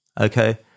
okay